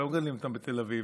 לא מגדלים אותם בתל אביב.